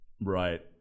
Right